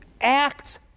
acts